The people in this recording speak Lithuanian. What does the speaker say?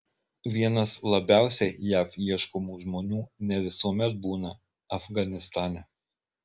vienas labiausiai jav ieškomų žmonių ne visuomet būna afganistane